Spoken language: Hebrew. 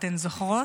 אתן זוכרות?